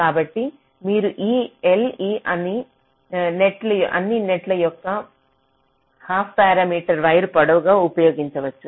కాబట్టి మీరు ఈ Le అన్ని నెట్స్ యొక్క హాఫ్ పారామీటర్ వైర్ పొడవుగా ఉపయోగించవచ్చు